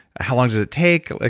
how long does it take? ah